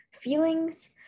feelings